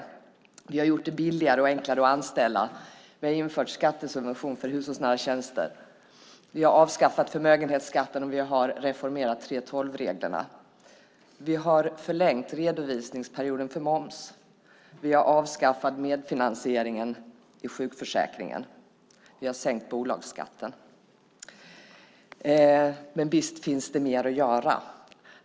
Vi har gjort det billigare och enklare att anställa. Vi har infört skattesubvention för hushållsnära tjänster. Vi har avskaffat förmögenhetsskatten. Vi har reformerat 3:12-reglerna. Vi har förlängt redovisningsperioden för moms. Vi har avskaffat medfinansieringen i sjukförsäkringen. Vi har sänkt bolagsskatten. Men visst finns det mer att göra.